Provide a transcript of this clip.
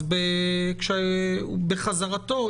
אז בחזרתו,